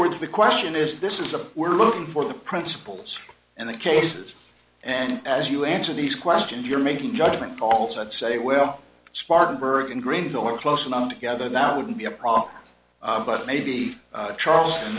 words the question is this is a we're looking for the principles and the cases and as you answer these questions you're making judgment calls and say well spartanburg and greenville are close enough together that wouldn't be a problem but maybe charles